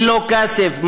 ללא כסף.